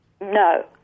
No